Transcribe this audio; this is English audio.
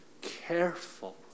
careful